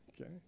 okay